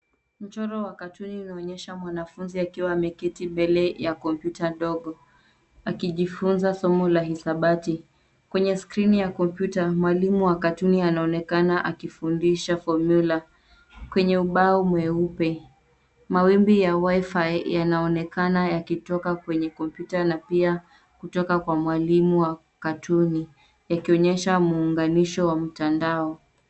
Mchoro wa katuni inaonyesha mwanafunzi akiwa ameketi mbele ya kompyuta ndogo akijifunza somo la hisabati. Kwenye skrini ya kompyuta mwalimu wa katuni anaonekana akifundisha fomyula kwenye ubao mweupe. Mawimbi ya Wi-Fi yanaonekana yakitoka kwenye kompyuta na pia kutoka kwa mwalimu wa katuni ikionyesha muunganisho wa mtandao.